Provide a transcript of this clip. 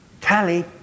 Tally